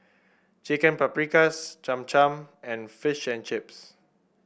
Chicken Paprikas Cham Cham and Fish and Chips